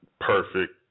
perfect